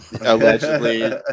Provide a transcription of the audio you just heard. Allegedly